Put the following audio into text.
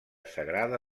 sagrada